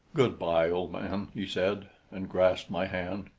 good-bye, old man, he said, and grasped my hand.